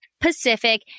Pacific